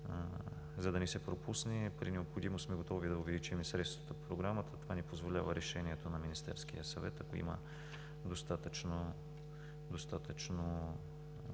за да не се пропусне. При необходимост сме готови да увеличим и средствата по Програмата. Това ни позволява решението на Министерския съвет, ако има достатъчно